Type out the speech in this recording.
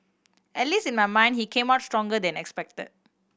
at least in my mind he came out stronger than expect